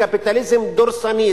לקפיטליזם דורסני,